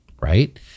right